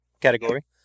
category